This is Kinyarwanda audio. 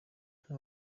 nta